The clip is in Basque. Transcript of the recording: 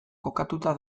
kokatuta